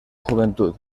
juventud